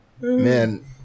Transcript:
Man